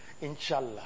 inshallah